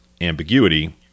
ambiguity